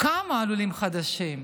קמה על עולים חדשים.